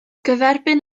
gyferbyn